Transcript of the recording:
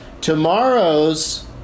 tomorrow's